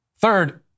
Third